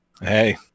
hey